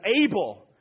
able